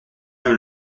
même